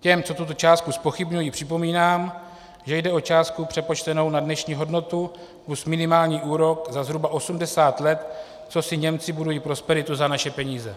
Těm, co tuto částku zpochybňují, připomínám, že jde o částku přepočtenou na dnešní hodnotu plus minimální úrok za zhruba osmdesát let, co si Němci budují prosperitu za naše peníze.